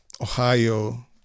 Ohio